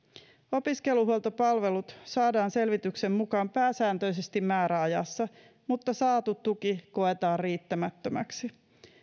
opiskeluhuoltopalvelut saadaan selvityksen mukaan pääsääntöisesti määräajassa mutta saatu tuki koetaan riittämättömäksi